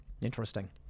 Interesting